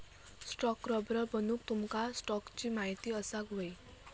stockbroker बनूक तुमका स्टॉक्सची महिती असाक व्हयी